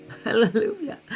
Hallelujah